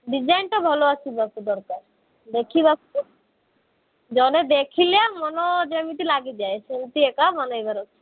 design ତ ଭଲ ଆସିବାକୁ ଦରକାର ଦେଖିବାକୁ ଜଣେ ଦେଖିଲେ ମନ ଯେମିତି ଲାଗିଯାଏ ସେମିତି ଏକା ବନେଇବାର ଅଛି